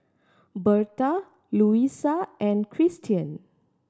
Berta Luisa and Kristian